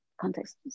context